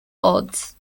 odds